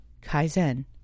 Kaizen